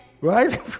Right